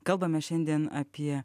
kalbame šiandien apie